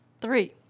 Three